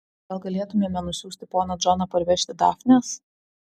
gal galėtumėme nusiųsti poną džoną parvežti dafnės